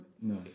No